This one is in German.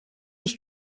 ich